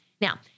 Now